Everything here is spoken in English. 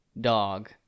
dog